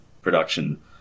production